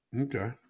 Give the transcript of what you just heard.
Okay